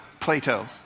Plato